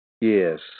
Yes